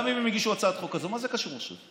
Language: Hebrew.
גם אם הם הגישו הצעת חוק כזאת, מה זה קשור עכשיו?